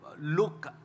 look